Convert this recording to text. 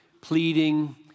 Pleading